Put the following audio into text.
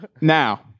Now